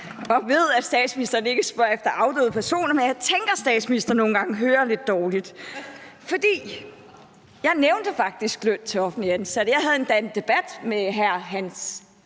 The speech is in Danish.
og ved, at statsministeren ikke spørger efter afdøde personer. Men jeg tænker, at statsministeren nogle gange hører lidt dårligt. For jeg nævnte faktisk løn til offentligt ansatte. Jeg havde endda en debat med hr. Hans Andersen